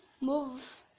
move